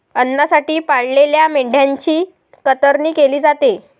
अन्नासाठी पाळलेल्या मेंढ्यांची कतरणी केली जाते